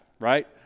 right